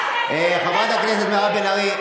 חברת הכנסת מירב בן ארי,